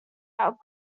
out